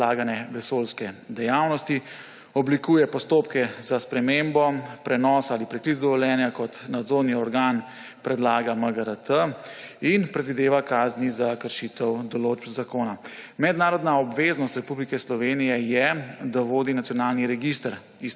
predlagane vesoljske dejavnosti, oblikuje postopke za spremembo prenosa ali preklic dovoljenja, kot nadzorni organ predlaga MGRT in predvideva kazni za kršitev določb zakona. Mednarodna obveznost Republike Slovenije je, da vodi nacionalni register